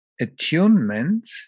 attunement